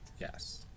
yes